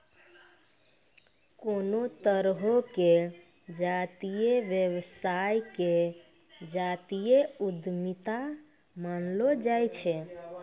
कोनो तरहो के जातीय व्यवसाय के जातीय उद्यमिता मानलो जाय छै